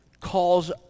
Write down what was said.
calls